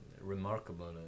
remarkable